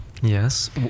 Yes